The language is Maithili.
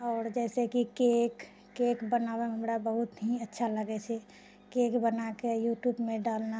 आओर जैसे कि केक केक बनाबयमे हमरा बहुत ही अच्छा लागैत छै केक बना कऽ युट्यूबमे डालना